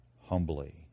humbly